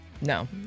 no